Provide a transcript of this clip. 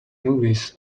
movies